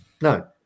No